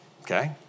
okay